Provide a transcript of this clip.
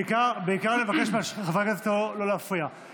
בעיקר אני מבקש מחברי הכנסת לא להפריע.